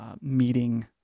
meeting